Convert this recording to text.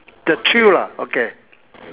the thrill lah okay